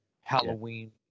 halloween